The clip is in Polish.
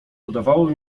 udawało